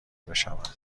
بشود